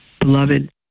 Beloved